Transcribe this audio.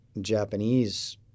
Japanese